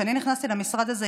כשאני נכנסתי למשרד הזה,